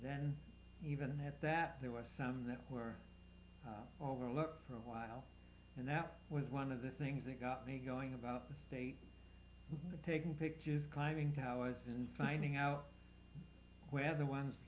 then even at that there was some that were overlooked for a while and that was one of the things that got me going about the state taking pictures climbing towers and finding out where the ones